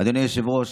אדוני היושב-ראש,